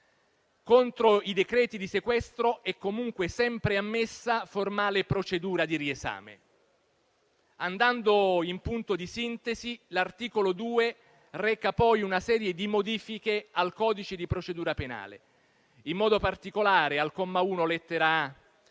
Contro i decreti di sequestro è comunque sempre ammessa formale procedura di riesame. Andando in punto di sintesi, l'articolo 2 reca poi una serie di modifiche al codice di procedura penale. In modo particolare, al comma 1, lettera